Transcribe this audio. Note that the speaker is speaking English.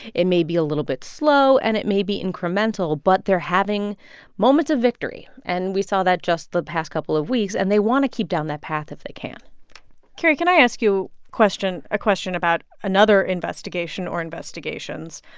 it may be a little bit slow and it may be incremental, but they're having moments of victory. and we saw that just the past couple of weeks, and they want to keep down that path if they can carrie, can i ask you a question about another investigation or investigations?